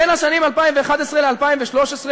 בין השנים 2011 ו-2013,